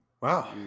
Wow